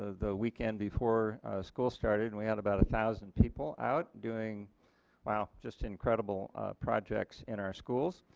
ah the weekend before school started and we had about a thousand people out doing wow, just incredible projects in our schools.